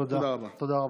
תודה רבה.